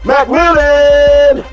McMillan